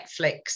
Netflix